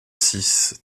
six